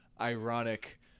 ironic